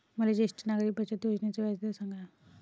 मले ज्येष्ठ नागरिक बचत योजनेचा व्याजदर सांगा